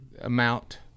amount